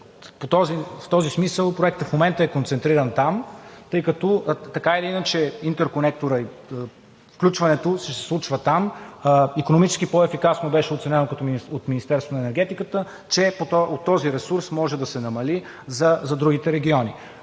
В този смисъл Проектът в момента е концентриран там, тъй като така или иначе интерконекторът и включването ще се случва там, икономически по-ефикасно беше оценено от Министерството на енергетиката, че от този ресурс може да се намали за другите региони.